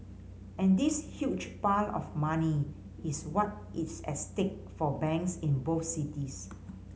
and this huge pile of money is what is at stake for banks in both cities